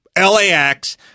LAX